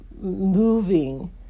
moving